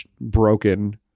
broken